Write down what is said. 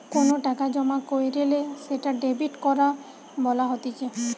কোনো টাকা জমা কইরলে সেটা ডেবিট করা বলা হতিছে